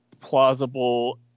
plausible